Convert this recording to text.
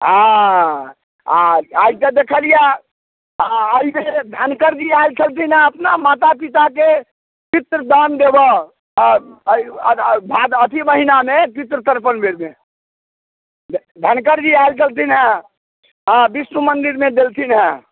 हँ आइ आइ तऽ देखलियैयऽ हँ धनकर जी आएल छलखिन अपना मातापिताके पितृ दान देबऽ आ आइ अग भादव अथी महिनामे पितृ तर्पण बेरमे धनकर जी आएल छलथिनऽ हँ बिष्णु मन्दिरमे देलथिन्ह हँ